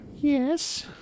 Yes